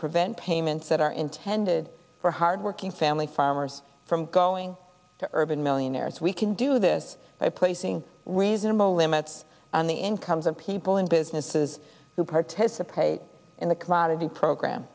prevent payments that are intended for hard working family farmers from going to urban millionaires we can do this by placing reasonable limits on the incomes of people in businesses who participate in the clotted the program